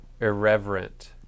irreverent